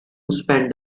spend